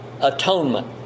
atonement